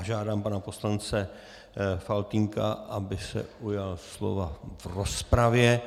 Žádám pana poslance Faltýnka, aby se ujal slova v rozpravě.